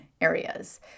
areas